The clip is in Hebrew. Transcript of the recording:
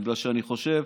בגלל שאני חושב,